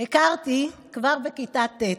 הכרתי כבר בכיתה ט',